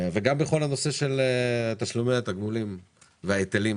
אנחנו נגיע לכל הנושא של תשלומי התגמולים וההיטלים,